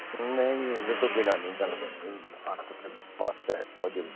ਨਹੀਂ ਇਹਦੇ ਤੋਂ ਬਿਨਾ ਨਹੀਂ ਗੱਲ ਬਣਨੀ ਅੱਠ ਦਿਨ ਵਾਸਤੇ ਬਹੁਤ ਜ਼ਰੂਰੀ ਹੈ